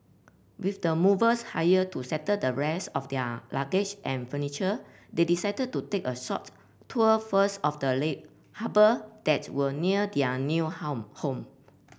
with the movers hired to settle the rest of their luggage and furniture they decided to take a short tour first of the harbour that were near their new home